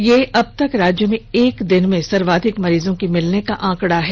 यह अबतक राज्य में एक दिन में सर्वाधिक मरीजों के मिलने का आंकड़ा है